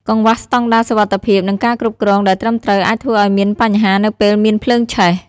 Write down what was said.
កង្វះស្តង់ដារសុវត្ថិភាព និងការគ្រប់គ្រងដែលត្រឹមត្រូវអាចធ្វើឱ្យមានបញ្ហានៅពេលមានភ្លើងឆេះ។